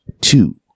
two